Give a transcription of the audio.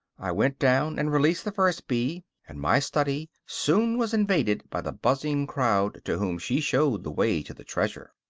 i went down and released the first bee, and my study soon was invaded by the buzzing crowd to whom she showed the way to the treasure.